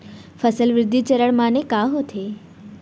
फसल वृद्धि चरण माने का होथे?